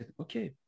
okay